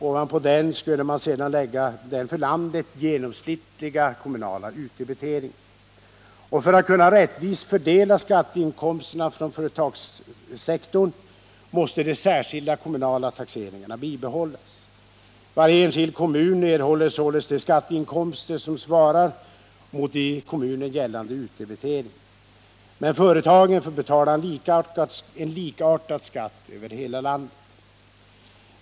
Ovanpå denna skulle man sedan lägga den för landet genomsnittliga kommunala utdebiteringen. För att kunna rättvist fördela skatteinkomsterna från företagssektorn måste härvid de särskilda kommunala taxeringarna bibehållas. Varje enskild kommun erhåller således de skatteinkomster som svarar mot i kommunen gällande utdebitering. Men företagen får betala en likartad skatt över hela landet.